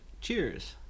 cheers